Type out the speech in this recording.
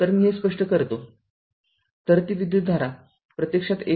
तर मी हे स्पष्ट करतो तर ती विद्युतधारा प्रत्यक्षात १